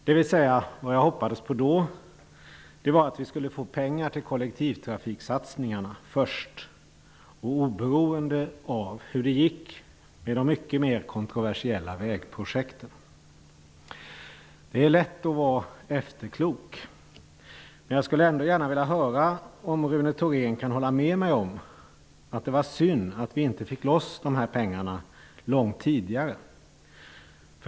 Det jag då hoppades på var att vi skulle få pengar till kollektivtrafiksatsningarna först, oberoende av hur det gick med de mycket mer kontroversiella vägprojekten. Det är lätt att vara efterklok. Men jag skulle ändå gärna vilja höra om Rune Thorén kan hålla med mig om att det var synd att vi inte fick loss dessa pengar långt tidigare.